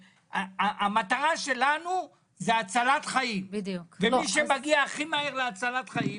המטרה שלנו זה הצלת חיים ומי שמגיע הכי מהר להצלת חיים.